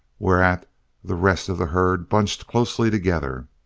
whereat the rest of the herd bunched closely together,